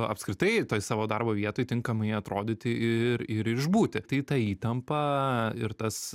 apskritai toj savo darbo vietoj tinkamai atrodyti ir ir išbūti tai ta įtampa ir tas